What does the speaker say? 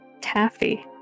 Taffy